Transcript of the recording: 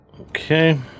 Okay